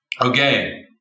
Okay